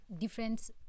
different